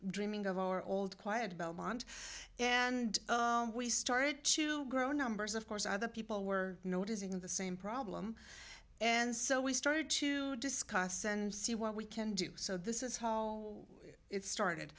dreaming of our old quiet belmont and we started to grow numbers of course other people were noticing the same problem and so we started to discuss and see what we can do so this is how it started